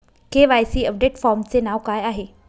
KYC update फॉर्मचे नाव काय आहे?